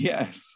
Yes